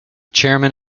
chairman